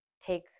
take